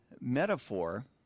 metaphor